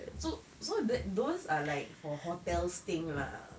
so so those are like for hotels thing lah